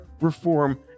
reform